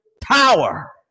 power